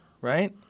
Right